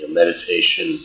meditation